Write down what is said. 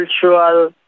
cultural